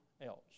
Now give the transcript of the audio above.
else